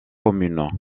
communes